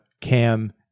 Cam